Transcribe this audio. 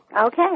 Okay